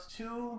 two